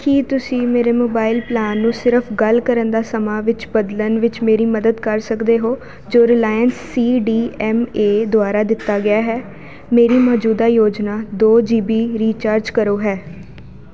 ਕੀ ਤੁਸੀਂ ਮੇਰੇ mobile plan ਨੂੰ ਸਿਰਫ਼ ਗੱਲ ਕਰਨ ਦਾ ਸਮਾਂ ਵਿੱਚ ਬਦਲਣ ਵਿੱਚ ਮੇਰੀ ਮਦਦ ਕਰ ਸਕਦੇ ਹੋ ਜੋ Reliance C D M A ਦੁਆਰਾ ਦਿੱਤਾ ਗਿਆ ਹੈ ਮੇਰੀ ਮੌਜੂਦਾ ਯੋਜਨਾ ਦੋ ਜੀ ਬੀ ਰੀਚਾਰਜ ਕਰੋ ਹੈ